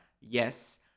yes